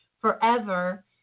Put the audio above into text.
forever